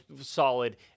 solid